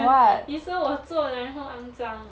妳说我坐的然后肮胀